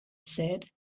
said